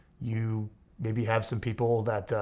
you maybe have some people that,